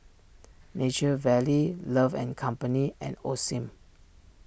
Nature Valley Love and company and Osim